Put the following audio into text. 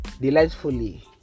delightfully